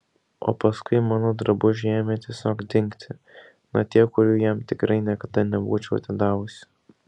o paskui mano drabužiai ėmė tiesiog dingti na tie kurių jam tikrai niekada nebūčiau atidavusi